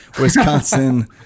Wisconsin